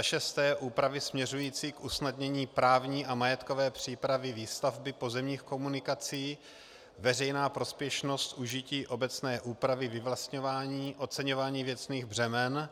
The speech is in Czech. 6. úpravy směřující k usnadnění právní a majetkové přípravy výstavby pozemních komunikací, veřejná prospěšnost k užití obecné úpravy vyvlastňování, oceňování věcných břemen;